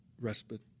respite